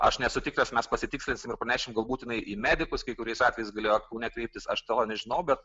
aš nesu tikras mes pasitikslinsim ir panešim gal būt jinai į medikus kai kuriais atvejais galėjo kaune kreiptis aš to nežinau bet